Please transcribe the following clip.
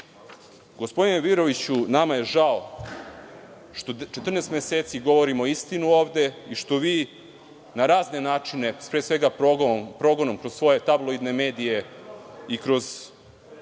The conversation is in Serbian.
opozicije. Gospodine Miroviću, nama je žao što 14 meseci govorimo ovde istinu, i što vi, na razne načine, pre svega progonom kroz svoje tabloidne medije i kroz